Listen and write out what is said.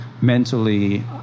Mentally